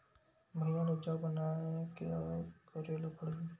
भुइयां ल उपजाऊ बनाये का करे ल पड़ही?